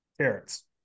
carrots